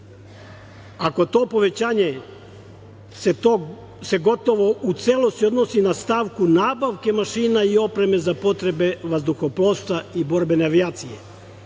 Ako se to povećanje gotovo u celosti odnosi na stavku nabavke mašina i opreme vazduhoplovstva i borbene avijacije,